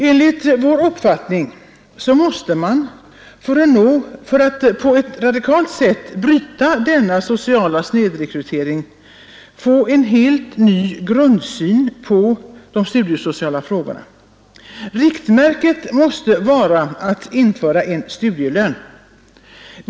Enligt vår uppfattning måste man för att på ett radikalt sätt bryta denna sociala snedrekrytering få en helt ny grundsyn på de studiesociala frågorna. Riktmärket måste vara att införa studielön.